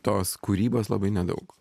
tos kūrybos labai nedaug